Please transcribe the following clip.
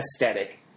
aesthetic